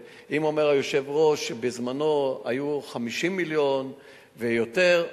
ואם אומר היושב-ראש: בזמנו היו 50 מיליון ויותר,